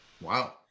Wow